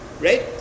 right